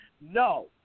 No